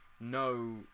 no